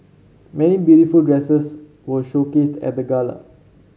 many beautiful dresses were showcased at the gala